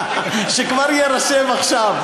שיירשם כבר עכשיו.